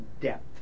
depth